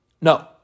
No